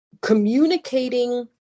communicating